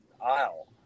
aisle